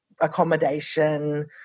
accommodation